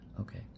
Okay